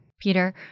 Peter